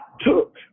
took